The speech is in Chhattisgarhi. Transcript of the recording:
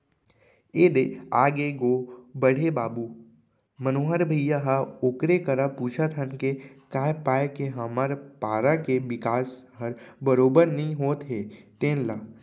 ए दे आगे गो बड़े बाबू मनोहर भइया ह ओकरे करा पूछत हन के काय पाय के हमर पारा के बिकास हर बरोबर नइ होत हे तेन ल